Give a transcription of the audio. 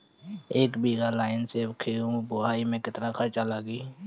एक बीगहा लाईन से गेहूं बोआई में केतना खर्चा लागी?